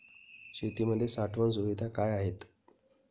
शेतीमध्ये साठवण सुविधा काय आहेत?